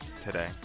today